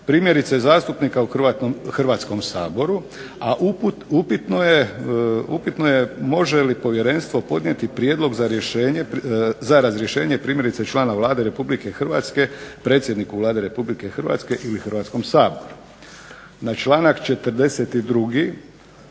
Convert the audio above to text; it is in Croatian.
primjerice zastupnika u Hrvatskom saboru, a upitno je može li povjerenstvo podnijeti prijedlog za rješenje, za razrješenje primjerice člana Vlade Republike Hrvatske, predsjedniku Vlade Republike Hrvatske ili Hrvatskom saboru. Na članak 42.